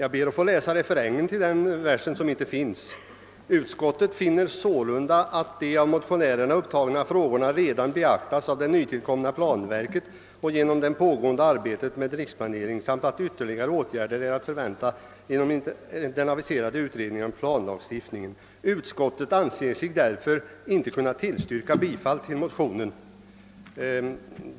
Jag ber att få läsa refrängen till den vers som inte finns: »Utskottet finner sålunda att de av motionärerna upptagna frågorna redan beaktats av det nytillkomna planverket och genom det pågående arbetet med riksplanering samt att ytterligare åtgärder är att förvänta genom den aviserade utredningen om planlagstiftningen. Utskottet anser sig därför inte kunna tillstyrka bifall till motionerna.»